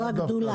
זו הגדולה.